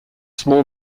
small